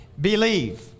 believe